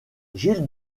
gilles